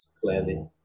clearly